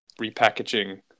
repackaging